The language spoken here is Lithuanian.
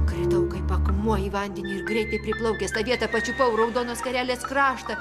kritau kaip akmuo į vandenį ir greitai priplaukęs tą vietą pačiupau raudonos skarelės kraštą